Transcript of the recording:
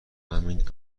همین